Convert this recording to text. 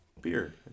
Beer